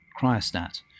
cryostat